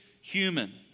human